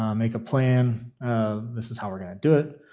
um make a plan this is how we're going to do it,